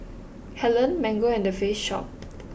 Helen Mango and The Face Shop